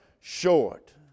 short